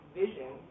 vision